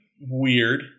weird